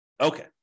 Okay